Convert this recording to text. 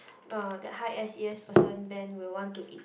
uh that high S_E_S person Ben will want to eat